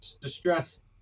distress